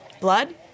Blood